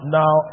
now